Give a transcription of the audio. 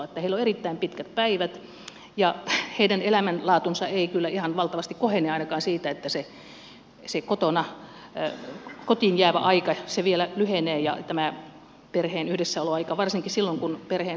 heillä on erittäin pitkät päivät ja heidän elämänlaatunsa ei kyllä ihan valtavasti kohene ainakaan siitä että se kotiin jäävä aika ja tämä perheen yhdessäoloaika vielä lyhenee varsinkaan silloin kun perheen huoltajia on vain yksi